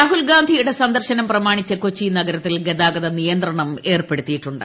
രാഹുൽ ഗാന്ധിയുടെ സന്ദർശനം പ്രമാണിച്ച് കൊച്ചി നഗരത്തിൽ ഗതാഗത നിയന്ത്രണം ഏർപ്പെടുത്തിയിട്ടുണ്ട്